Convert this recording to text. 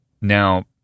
Now